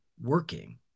working